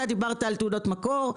אתה דיברת על תעודות מקור,